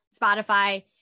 Spotify